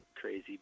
crazy